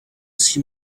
see